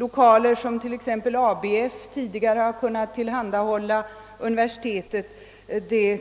Lokaler som t.ex. ABF tidigare har kunnat tillhandahålla universitetet